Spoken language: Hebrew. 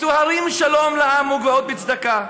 ישאו הרים שלום לעם, וגבעות בצדקה.